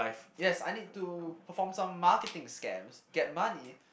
yes I need to perform some marketing scams get money